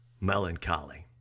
Melancholy